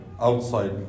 outside